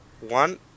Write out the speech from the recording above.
one